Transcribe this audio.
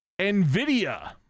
Nvidia